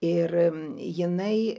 ir jinai